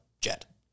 jet